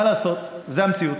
מה לעשות, זו המציאות.